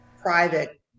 private